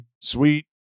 sweet